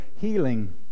healing